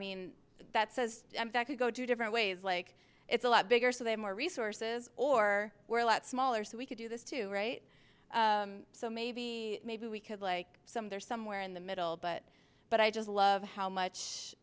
mean that says that could go to different ways like it's a lot bigger so they have more resources or were a lot smaller so we could do this too right so maybe maybe we could like some there somewhere in the middle but but i just love how